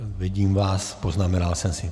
Vidím vás, poznamenal jsem si.